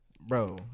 Bro